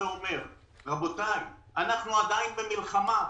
רבותי, אנחנו עדיין במלחמה.